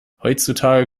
heutzutage